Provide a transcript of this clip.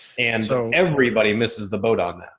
and so everybody misses the boat on